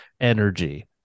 energy